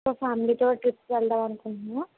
మా ఫ్యామిలీతో ట్రిప్కి వెళ్దాం అనుకుంటున్నాం